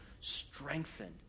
strengthened